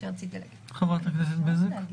חברת הכנסת בזק.